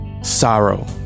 sorrow